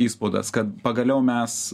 įspaudas kad pagaliau mes